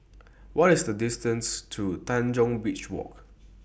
What IS The distance to Tanjong Beach Walk